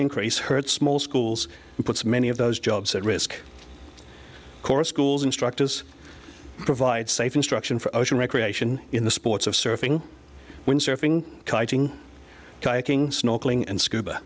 increase hurts small schools and puts many of those jobs at risk chorus cools instructors provide safe instruction for ocean recreation in the sports of surfing windsurfing kayaking snorkeling and scuba